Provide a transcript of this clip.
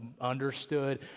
understood